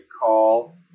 call